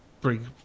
bring